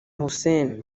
hussein